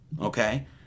Okay